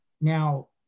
now